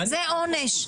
זה עונש.